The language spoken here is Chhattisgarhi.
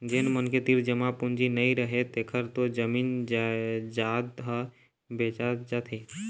जेन मनखे तीर जमा पूंजी नइ रहय तेखर तो जमीन जयजाद ह बेचा जाथे